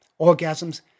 orgasms